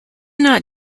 not